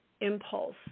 impulse